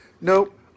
Nope